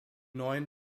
neuen